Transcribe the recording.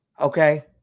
Okay